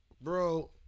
Bro